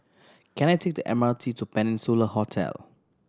can I take the M R T to Peninsula Hotel